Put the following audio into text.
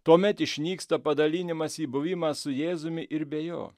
tuomet išnyksta padalinimas į buvimą su jėzumi ir be jo